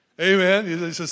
Amen